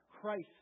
Christ